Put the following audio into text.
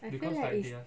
I feel like it's